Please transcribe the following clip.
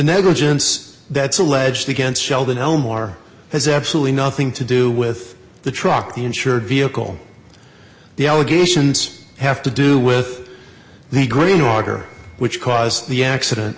negligence that's alleged against sheldon elmore has absolutely nothing to do with the truck the insured vehicle the allegations have to do with the green order which caused the accident